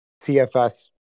CFS